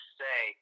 say